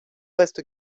reste